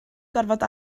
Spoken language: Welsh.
gorfod